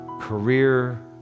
career